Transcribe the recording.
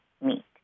meet